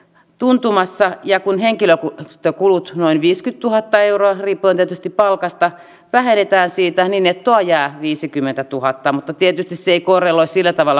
n tuntumassa ja kun henkilö ja kulut noin viisi tuhatta euroa eli paine palkasta vähennetään siitä niin nettoa jää viisikymmentätuhatta mutta tietyt ei kuorella sillä tavalla